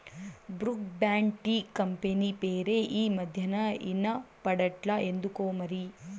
Brooke Bond tea company పేరే ఈ మధ్యనా ఇన బడట్లా ఎందుకోమరి